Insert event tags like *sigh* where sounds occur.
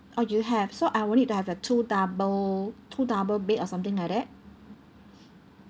oh you have so I will need to have a two double two double bed or something like that *breath*